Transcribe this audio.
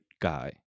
guy